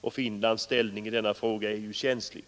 och Finlands ställning i denna fråga är känslig.